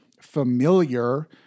familiar